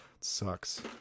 Sucks